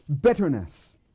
bitterness